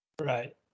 Right